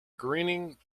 grinning